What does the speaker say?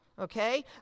Okay